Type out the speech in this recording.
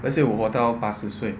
let's say 我活到八十岁